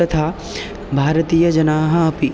तथा भारतीयजनाः अपि